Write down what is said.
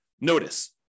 notice